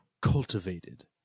cultivated